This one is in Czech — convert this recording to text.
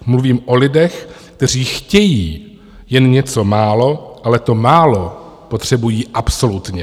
Mluvím o lidech, kteří chtějí jen něco málo, ale to málo potřebují absolutně.